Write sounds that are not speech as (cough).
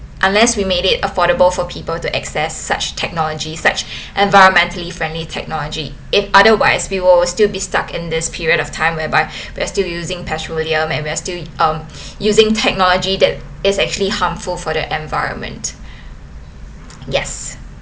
unless we made it affordable for people to access such technology such (breath) environmentally friendly technology it otherwise we'll still be stuck in this period of time whereby we're still using petroleum and we're still um using technology that is actually harmful for the environment (noise) yes